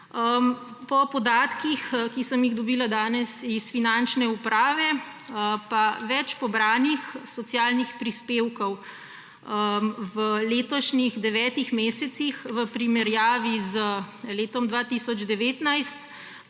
Po podatkih, ki sem jih dobila danes iz Finančne uprave, pa več pobranih socialnih prispevkov v letošnjih devetih mesecih v primerjavi z letom 2019